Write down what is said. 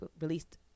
released